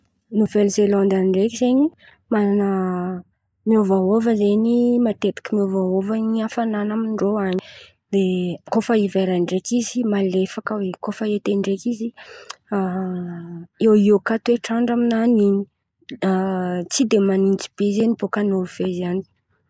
Novely zelandy an̈y ndreky zen̈y manana, miôva hôva zen̈y ny matetiky miôva hôva ny afanan̈a amin-drô an̈y. De koa fa hivera ndreky izy malefaka, ikoa fa ete ndreky iô iô koa toetran-dra aminany in̈y tsy de manintsy be bôka Novely zelandy an̈y.